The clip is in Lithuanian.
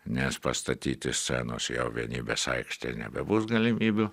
nes pastatyti scenos jau vienybės aikštėj nebebus galimybių